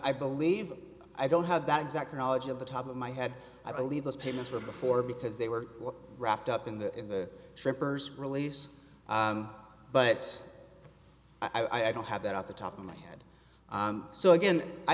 i believe i don't have that exact knowledge of the top of my head i believe those payments were before because they were wrapped up in the trippers release but i don't have that off the top of my head so again i